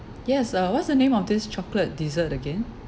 yes uh what's the name of this chocolate dessert again